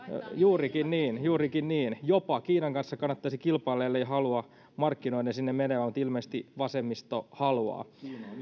juurikin niin juurikin niin jopa kiinan kanssa kannattaisi kilpailla ellei halua markkinoiden sinne menevän mutta ilmeisesti vasemmisto haluaa